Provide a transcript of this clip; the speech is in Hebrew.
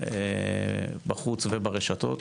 בחוץ וברשתות,